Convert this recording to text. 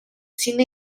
cine